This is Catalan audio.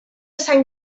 sant